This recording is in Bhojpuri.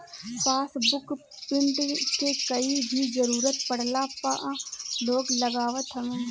पासबुक प्रिंट के कहीं भी जरुरत पड़ला पअ लोग लगावत हवे